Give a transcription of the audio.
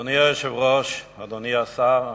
אדוני היושב-ראש, אדוני השר,